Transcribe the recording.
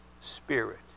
spirit